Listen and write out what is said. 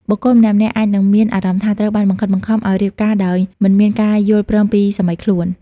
បុគ្គលម្នាក់ៗអាចនឹងមានអារម្មណ៍ថា ត្រូវបានបង្ខិតបង្ខំ ឱ្យរៀបការដោយមិនមានការយល់ព្រមពីសមីខ្លួន។